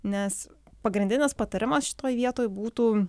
nes pagrindinis patarimas šitoj vietoj būtų